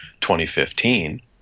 2015